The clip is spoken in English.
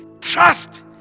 trust